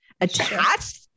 Attached